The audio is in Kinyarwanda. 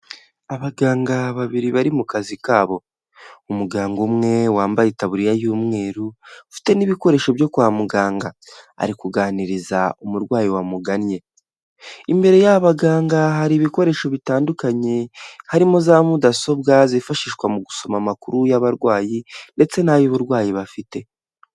Abaganga babiri bari mu kazi kabo umuganga umwe wambaye itaburiya y'umweru ufite n'ibikoresho byo kwa muganga ari kuganiriza umurwayi wamugannye imbere y'aba baganga hari ibikoresho bitandukanye harimo za mudasobwa zifashishwa mu gusoma amakuru y'abarwayi ndetse n'ay'uburwayi bafite